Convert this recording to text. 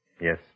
Yes